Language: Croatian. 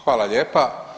Hvala lijepa.